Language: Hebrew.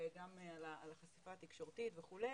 וגם על השפה התקשורתית וכו'.